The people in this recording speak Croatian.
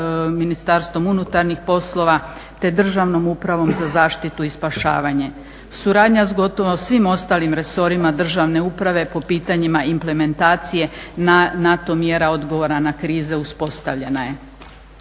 Ministarstvom unutarnjih poslova, te Državnom upravom za zaštitu i spašavanje, suradnja sa gotovo svim ostalim resorima državne uprave po pitanjima implementacija NATO mjera odgovora na krize uspostavljena je.